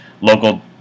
local